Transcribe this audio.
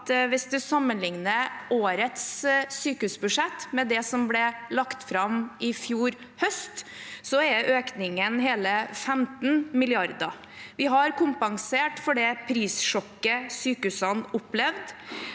Hvis man sammenligner årets sykehusbudsjett med det som ble lagt fram i fjor høst, er økningen på hele 15 mrd. kr. Vi har kompensert for det prissjokket sykehusene opplevde.